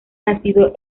nacido